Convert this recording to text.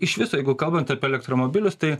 iš viso jeigu kalbant apie elektromobilius tai